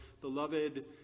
beloved